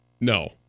No